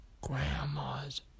Grandma's